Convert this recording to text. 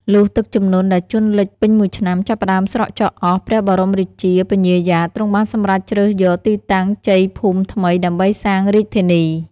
លុះទឹកជំនន់ដែលជន់លេចពេញមួយឆ្នាំ ចាប់ផ្ដើមស្រកចុះអស់ ព្រះបរមរាជា ពញ្ញាយ៉ាត ទ្រង់បានសម្រេចជ្រើសយក ទីតាំងជ័យភូមិថ្មីដើម្បីសាងរាជធានី។